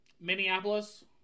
Minneapolis